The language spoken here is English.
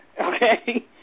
okay